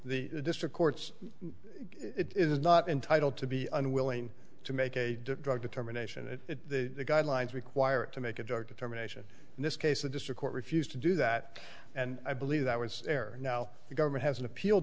the district courts it is not entitled to be unwilling to make a drug determination that the guidelines require to make a drug determination in this case the district court refused to do that and i believe that was now the government has an appeal